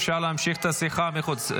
אפשר להמשיך את השיחה בחוץ.